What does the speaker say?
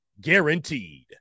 guaranteed